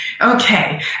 Okay